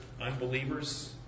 unbelievers